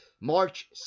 March